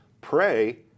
pray